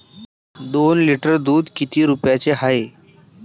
दोन लिटर दुध किती रुप्याचं हाये?